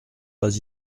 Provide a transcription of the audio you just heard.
pas